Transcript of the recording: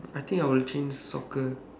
I think I will change soccer